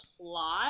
plot